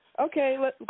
Okay